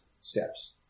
steps